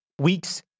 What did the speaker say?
weeks